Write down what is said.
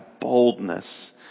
boldness